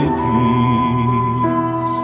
peace